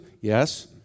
Yes